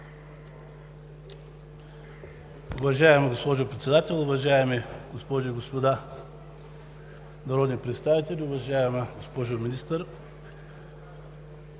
Уважаеми господин Председател, уважаеми госпожи и господа народни представители, уважаеми господа министри!